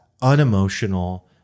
unemotional